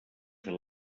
fer